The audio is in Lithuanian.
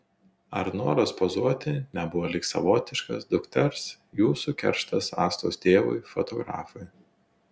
ar noras pozuoti nebuvo lyg savotiškas dukters jūsų kerštas astos tėvui fotografui